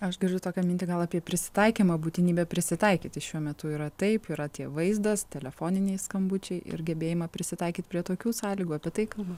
aš girdžiu tokią mintį gal apie prisitaikymą būtinybę prisitaikyti šiuo metu yra taip yra tie vaizdas telefoniniai skambučiai ir gebėjimą prisitaikyt prie tokių sąlygų apie tai kalba